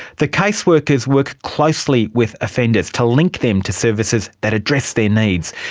the case workers work closely with offenders to link them to services that address their needs,